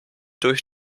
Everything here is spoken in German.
durch